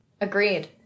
Agreed